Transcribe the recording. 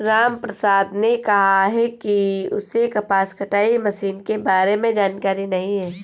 रामप्रसाद ने कहा कि उसे कपास कटाई मशीन के बारे में जानकारी नहीं है